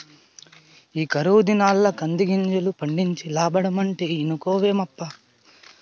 ఈ కరువు దినాల్ల కందిగింజలు పండించి లాబ్బడమంటే ఇనుకోవేమప్పా